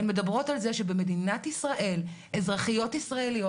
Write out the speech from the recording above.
הן מדברות על זה שבמדינת ישראל אזרחיות ישראליות